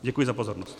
Děkuji za pozornost.